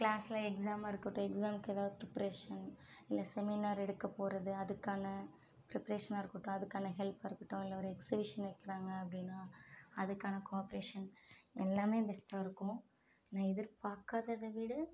கிளாஸில் எக்ஸாமாக இருக்கட்டும் எக்ஸாமுக்கு எதாவது ப்ரிப்பரேஷன் இல்லை செமினார் எடுக்கபோவது அதுக்கான ப்ரிப்பரேஷனாக இருக்கட்டும் அதுக்கான ஹெல்ப்பாக இருக்கட்டும் அதில்லை எக்ஸிபிஷன் வைக்கிறாங்க அப்படினா அதுக்கான கோவாஃப்ரேஷன் எல்லாம் பெஸ்ட்டாக இருக்கும் நான் எதிர் பார்க்காததைவிட